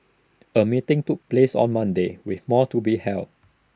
A meeting took place on Monday with more to be held